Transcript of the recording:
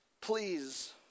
Please